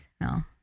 no